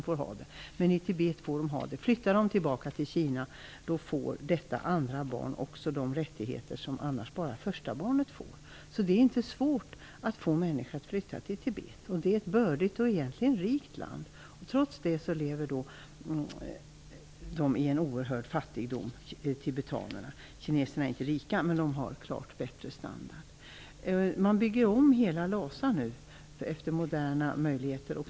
Flyttar dessa kineser tillbaka till Kina får också detta andra barn de rättigheter som annars enbart det första barnet får. Det är alltså inte svårt att förmå människor att flytta till Tibet. Det är ett bördigt och egentligen ett rikt land. Trots detta lever tibetanerna i en oerhörd fattigdom. Kineserna är visserligen inte rika, men de har en klart bättre standard. Man bygger nu om hela Lhasa efter moderna idéer.